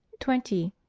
twenty.